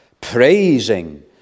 praising